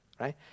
Right